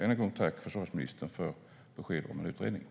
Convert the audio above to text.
Än en gång tack, försvarsministern, för beskedet om utredningen!